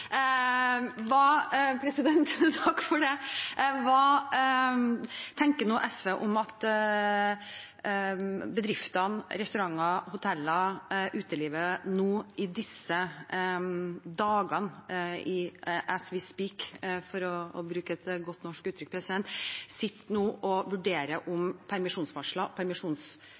Hva tenker SV om at bedriftene – restauranter, hoteller og utelivet – nå i disse dager, «as we speak», for å bruke et godt norsk uttrykk, nå sitter og vurderer om permisjonsvarsler